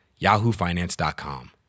yahoofinance.com